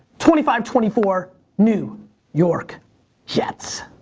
twenty five twenty four new york jets.